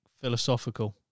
philosophical